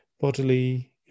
bodily